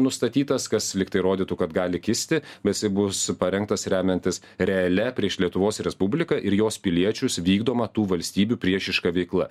nustatytas kas lygtai rodytų kad gali kisti bet jisai bus parengtas remiantis realia prieš lietuvos respubliką ir jos piliečius vykdoma tų valstybių priešiška veikla